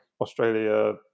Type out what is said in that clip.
Australia